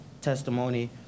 testimony